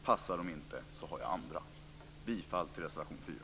Passar de inte så har jag andra. Jag yrkar bifall till reservation 4.